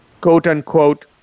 quote-unquote